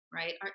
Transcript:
right